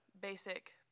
basic